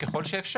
ככל שאפשר.